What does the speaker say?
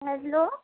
hello